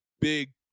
big